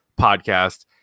podcast